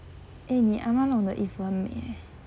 eh 你阿嫲弄的衣服很美 eh